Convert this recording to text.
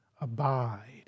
abide